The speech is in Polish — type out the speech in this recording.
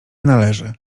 należy